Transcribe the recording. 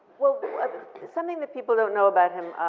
well, something that people don't know about him,